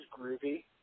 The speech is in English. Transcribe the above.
groovy